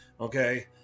Okay